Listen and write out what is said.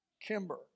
Kimber